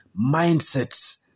mindsets